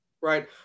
right